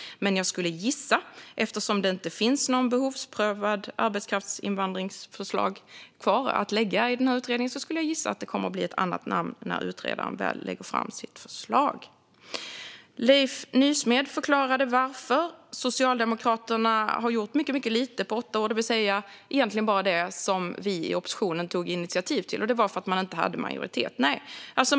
Men eftersom det inte finns något förslag om behovsprövad arbetskraftsinvandring kvar att lägga fram skulle jag gissa att det kommer att bli ett annat namn när utredaren väl lägger fram sitt förslag. Leif Nysmed förklarade varför Socialdemokraterna har gjort mycket lite på åtta år, egentligen bara det som vi i oppositionen tog initiativ till; det var för att man inte hade majoritet.